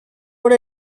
what